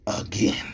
again